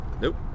Nope